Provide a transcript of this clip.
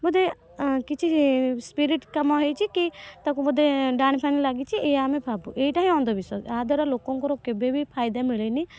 ବୋଧେ କିଛି ସ୍ପିରିଟ୍ କାମ ହେଇଛି କି ତାକୁ ବୋଧେ ଡାହାଣୀ ପାହାଣୀ ଲାଗିଛି ଏଇଆ ଆମେ ଭାବୁ ଏଇଟା ହିଁ ଅନ୍ଧବିଶ୍ୱାସ ଆ ଦ୍ୱାରା ଲୋକଙ୍କର କେବେ ବି ଫାଇଦା ମିଳେନି